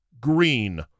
green